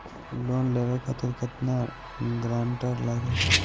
Loan लेवे खातिर केतना ग्रानटर लागी?